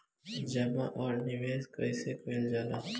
जमा और निवेश कइसे कइल जाला?